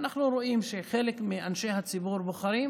אנחנו רואים שחלק מאנשי הציבור בוחרים